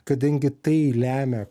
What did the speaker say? kadangi tai lemia